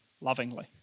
lovingly